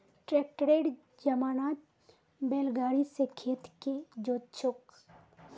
ट्रैक्टरेर जमानात बैल गाड़ी स खेत के जोत छेक